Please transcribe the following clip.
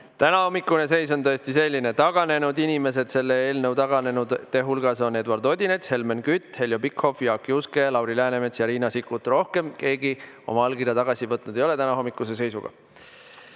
Tänahommikune seis on tõesti selline. Sellest eelnõust taganenute hulgas on Eduard Odinets, Helmen Kütt, Heljo Pikhof, Jaak Juske, Lauri Läänemets ja Riina Sikkut. Rohkem keegi oma allkirja tagasi võtnud ei ole tänahommikuse seisuga.